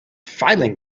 filing